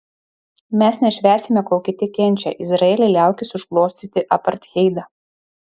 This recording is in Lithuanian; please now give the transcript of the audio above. mes nešvęsime kol kiti kenčia izraeli liaukis užglostyti apartheidą